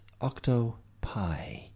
Octopi